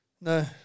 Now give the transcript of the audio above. No